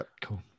Cool